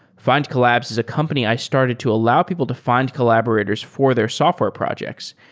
findcollabs is a company i started to allow people to find collaborators for their software projects,